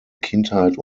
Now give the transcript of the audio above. kindheit